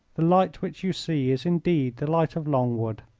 the light which you see is indeed the light of longwood.